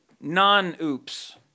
non-oops